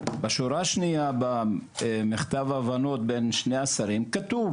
בשורה השנייה במכתב ההבנות בין שני השרים כתוב